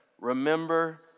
remember